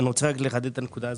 אני רוצה לחדד את הנקודה הזאת.